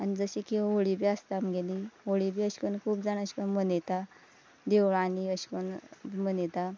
आनी जशें की होळी बी आसता आमगेली होळी बी अेश कोन्न खूब जाण अेश कोन्न मनयता देवळांनी अेश कोन्न मनयता